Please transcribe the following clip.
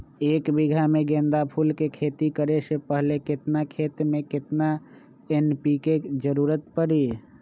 एक बीघा में गेंदा फूल के खेती करे से पहले केतना खेत में केतना एन.पी.के के जरूरत परी?